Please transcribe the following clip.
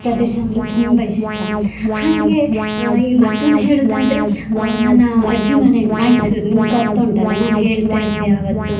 ಪ್ರದೇಶ ಅಂದರೆ ತುಂಬ ಇಷ್ಟ ಹಾಗೆ ಇಲ್ಲಿ ಮತ್ತೊಂದು ಹೇಳುವುದಾದ್ರೆ ನನ್ನ ಅಜ್ಜಿ ಮನೆ ಮೈಸೂರು ನಿಂಗೊತ್ತುಂಟಲ್ಲ ನಾನು ಹೇಳ್ತಾಯಿರ್ತೆ ಯಾವತ್ತು